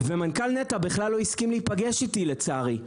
ומנכ"ל נת"ע בכלל לא הסכים להיפגש איתי, לצערי.